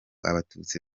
abatutsi